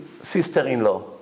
sister-in-law